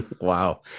Wow